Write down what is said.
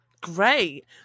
Great